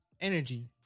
energy